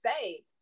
say